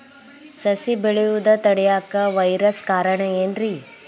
ಸಸಿ ಬೆಳೆಯುದ ತಡಿಯಾಕ ವೈರಸ್ ಕಾರಣ ಏನ್ರಿ?